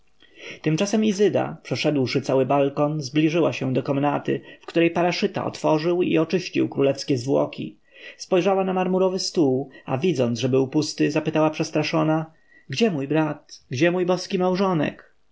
tymczasem izyda przeszedłszy cały balkon zbliżyła się do komnaty w której paraszyta otworzył i oczyścił królewskie zwłoki spojrzała na marmurowy stół a widząc że był pusty zapytała przestraszona gdzie mój brat gdzie mój boski małżonek